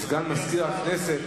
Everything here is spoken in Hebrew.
סגן מזכיר הכנסת,